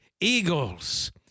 eagles